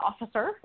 officer